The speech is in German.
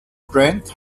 grant